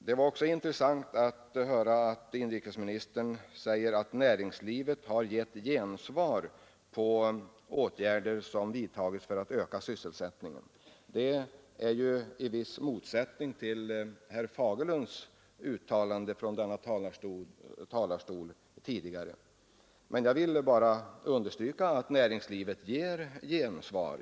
Det var också intressant att höra att inrikesministern anser att näringslivet har gett gensvar på åtgärder som vidtagits för att öka sysselsättningen. Detta uttalande står i viss motsättning till herr Fagerlunds uttalande från denna talarstol tidigare i dag. Jag ville också understryka att näringslivet ger gensvar på samhällets åtgärder.